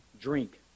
drink